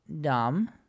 dumb